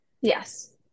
Yes